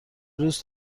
روز